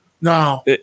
No